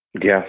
Yes